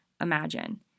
imagine